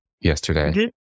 Yesterday